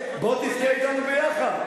בוא תבכה אתנו יחד.